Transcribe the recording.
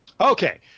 Okay